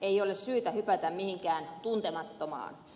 ei ole syytä hypätä mihinkään tuntemattomaan